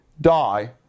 die